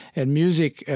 and music,